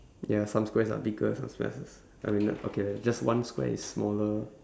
ya some squares are bigger some squares is I mean okay just one square is smaller